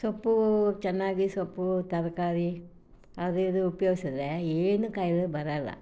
ಸೊಪ್ಪು ಚೆನ್ನಾಗಿ ಸೊಪ್ಪು ತರಕಾರಿ ಅದು ಇದು ಉಪಯೋಗಿಸಿದ್ರೆ ಏನೂ ಕಾಯಿಲೆ ಬರೋಲ್ಲ